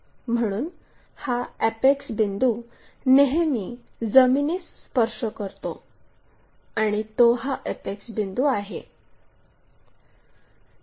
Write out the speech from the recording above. म्हणून हा अॅपेक्स बिंदू नेहमी जमिनीस स्पर्श करतो आणि तो हा अॅपेक्स बिंदू आहे